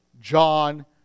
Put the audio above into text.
John